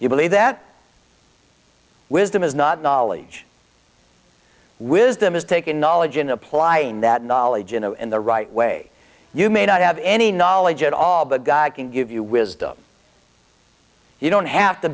you believe that wisdom is not knowledge wisdom is taken knowledge in applying that knowledge and in the right way you may not have any knowledge at all but god can give you wisdom you don't have to